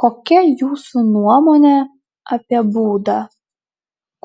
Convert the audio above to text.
kokia jūsų nuomonė apie būdą